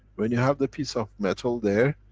when you have the piece of metal there,